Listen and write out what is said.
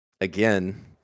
again